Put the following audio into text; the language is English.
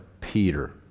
Peter